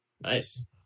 Nice